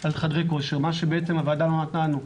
על חדרי כושר, מה שבעצם הוועדה לא נתנה לנו.